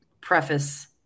preface